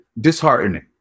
disheartening